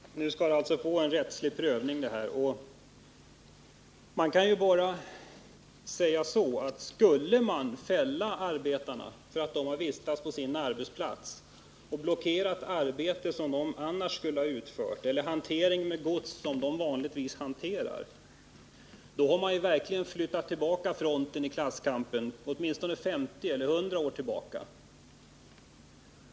Herr talman! Det här fallet skall alltså få en rättslig prövning. Jag kan bara säga att skulle man fälla arbetarna för att de har vistats på sin arbetsplats och blockerat arbete som de annars skulle ha utfört eller hantering med gods som de vanligtvis hanterar, har man verkligen flyttat fronten för klasskampen åtminstone 50 eller 100 år tillbaka i tiden.